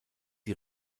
die